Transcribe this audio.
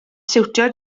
siwtio